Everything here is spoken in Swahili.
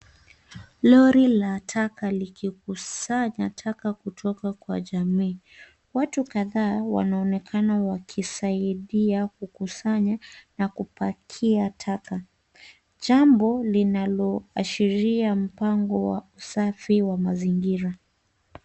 Lori la taka likikusanya taka kutoka kwa jamii. Watu kadhaa wanaonekana wakisaidia kukusanya na kupakia taka, jambo linaloashiria mpango wa usafi wa mazingira.